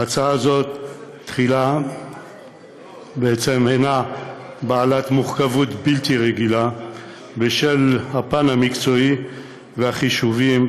ההצעה הזו הנה בעלת מורכבות בלתי רגילה בשל הפן המקצועי והחישובים